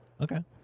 Okay